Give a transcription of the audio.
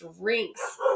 drinks